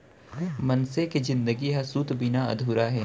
मनसे के जिनगी ह सूत बिना अधूरा हे